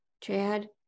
Chad